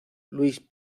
luis